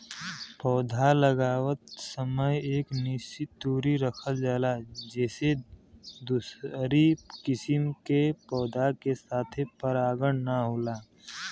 पौधा लगावत समय एक निश्चित दुरी रखल जाला जेसे दूसरी किसिम के पौधा के साथे परागण ना होला